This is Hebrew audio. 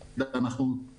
אתה אומר צף, לא צף.